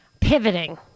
pivoting